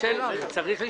שיפיל.